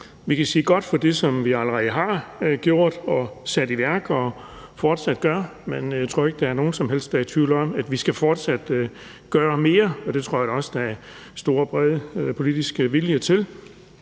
Vi kan sige: Godt for det, som vi allerede har gjort og sat i værk og fortsat gør. Men jeg tror ikke, der er nogen som helst, der er i tvivl om, at vi fortsat skal gøre mere, og det tror jeg da også der er stor, bred politisk vilje til.